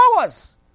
hours